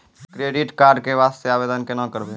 Credit card के वास्ते आवेदन केना करबै?